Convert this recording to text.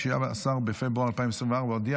אני קובע כי הצעת חוק איסור פרסומת והגבלת